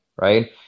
Right